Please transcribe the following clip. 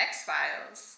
X-Files